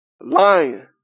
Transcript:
lying